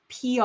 PR